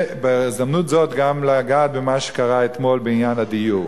בהזדמנות זאת אני רוצה לגעת גם במה שקרה אתמול בעניין הדיור.